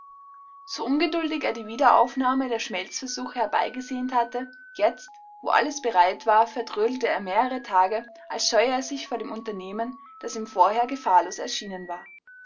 so ungeduldig er die wiederaufnahme der schmelzversuche herbeigesehnt hatte jetzt wo alles bereit war vertrödelte er mehrere tage als scheue er sich vor dem unternehmen das ihm vorher gefahrlos erschienen war